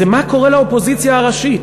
זה מה קורה לאופוזיציה הראשית.